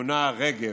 מכונה רג"ב,